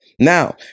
Now